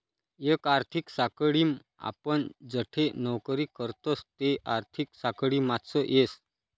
एक आर्थिक साखळीम आपण जठे नौकरी करतस ते आर्थिक साखळीमाच येस